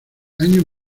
años